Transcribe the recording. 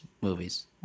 movies